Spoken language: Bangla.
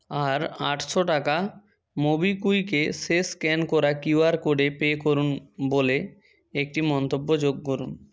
আর আটশো টাকা মোবিকুইকে শেষ স্ক্যান করা কিউআর কোডে পে করুন বলে একটি মন্তব্য যোগ করুন